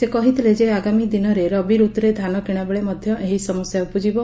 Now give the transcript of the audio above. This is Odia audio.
ସେ କହିଥିଲେ ଯେ ଆଗାମୀ ଦିନରେ ରବି ଋତୁରେ ଧାନ କିଶା ବେଳେ ମଧ୍ୟ ଏହି ସମସ୍ୟା ଉପୁଜିବ